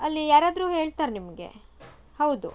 ಅಲ್ಲಿ ಯಾರಾದರೂ ಹೇಳ್ತಾರೆ ನಿಮಗೆ ಹೌದು